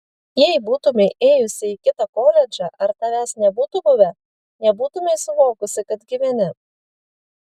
jei būtumei ėjusi į kitą koledžą ar tavęs nebūtų buvę nebūtumei suvokusi kad gyveni